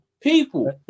people